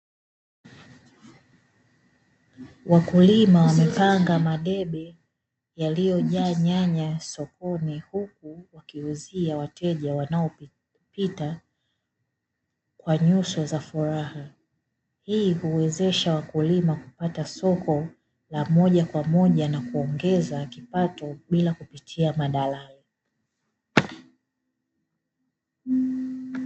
Wakulima wamepanga madebe yaliyojaa nyanya sokoni, huku wakiuzia wateja wanaopitapita kwa nyuso za furaha. Hii huwezesha wakulima kupata soko la moja kwa moja na kuongeza kipato bila kupita madalali.